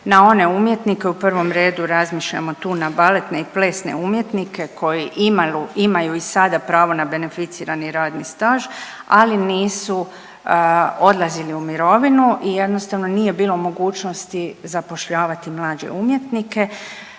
na one umjetnike, u prvom redu razmišljamo tu na baletne i plesne umjetnike koji imaju i sada pravo na beneficirani radni staž, ali nisu odlazili u mirovinu i jednostavno nije bilo mogućnosti zapošljavati mlađe umjetnike,